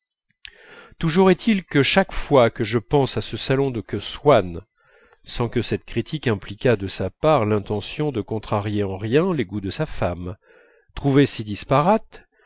toujours est-il que chaque fois que je pense à ce salon que swann sans que cette critique impliquât de sa part l'intention de contrarier en rien les goûts de sa femme trouvait si disparate